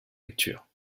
lecture